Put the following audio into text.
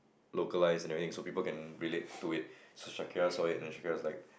localised and everything so people can relate to it so Shakira saw it and Shakira was like